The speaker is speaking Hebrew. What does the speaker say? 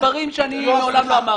אלה דברים שמעולם לא אמרתי.